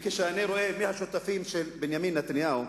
כשאני רואה מי השותפים של בנימין נתניהו,